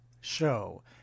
show